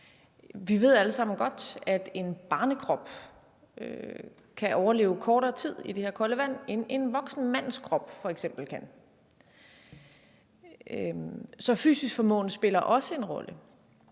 Vi ved alle sammen godt, at en barnekrop kan overleve kortere tid i det her kolde vand, end en voksen mands krop f.eks. kan. Så fysisk formåen spiller også en rolle.